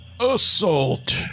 Assault